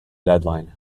deadline